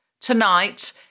tonight